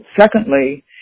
Secondly